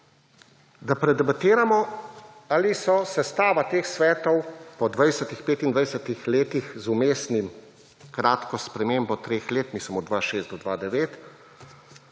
Da predebatiramo, ali so sestava teh svetov, po 20., 25. letih, z vmesnim, kratko spremembo treh let, mislim od 2006 do 2009,